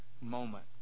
moment